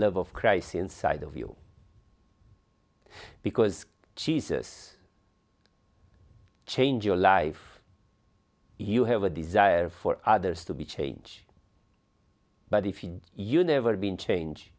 love of christ inside of you because jesus change your life you have a desire for others to be change but if you you never been change